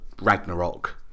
Ragnarok